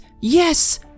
Yes